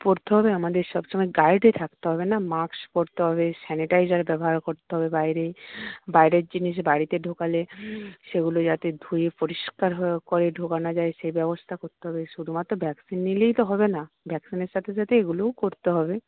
পরতে হবে আমাদের সবসময় গাইডে থাকতে হবে না মাস্ক পরতে হবে স্যানিটাইজার ব্যবহার করতে হবে বাইরে বাইরের জিনিস বাড়িতে ঢোকালে সেগুলো যাতে ধুয়ে পরিষ্কার হয়ে করে ঢোকানো যায় সেই ব্যবস্থা করতে হবে শুধুমাত্র ভ্যাকসিন নিলেই তো হবে না ভ্যাকসিনের সাথে সাথে এগুলোও করতে হবে